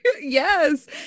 Yes